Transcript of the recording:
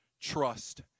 trust